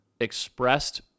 expressed